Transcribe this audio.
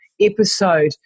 episode